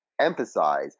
emphasize